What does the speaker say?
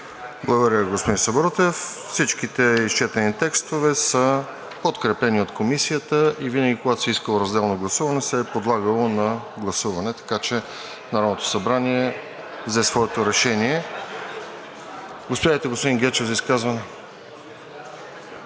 Благодаря, господин Сабрутев. Всичките изчетени текстове са подкрепени от Комисията и винаги, когато се е искало разделно гласуване, се е подлагало на гласуване, така че Народното събрание взе своето решение. Заповядайте за изказване,